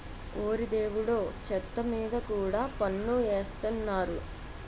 ఓరి దేవుడో చెత్త మీద కూడా పన్ను ఎసేత్తన్నారు